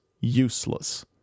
useless